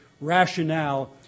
rationale